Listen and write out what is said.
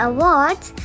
Awards